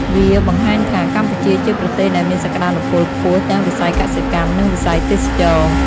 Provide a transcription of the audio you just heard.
វាបង្ហាញថា កម្ពុជាជាប្រទេសដែលមានសក្តានុពលខ្ពស់ទាំងវិស័យកសិកម្ម និងវិស័យទេសចរណ៍។